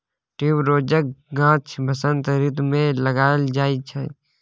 ट्युबरोजक गाछ बसंत रितु मे लगाएल जाइ छै